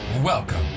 Welcome